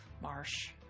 Marsh